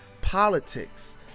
politics